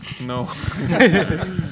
No